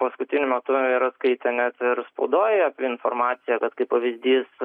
paskutiniu metu yra skaitę net ir spaudoj informaciją vat kaip pavyzdys